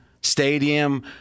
stadium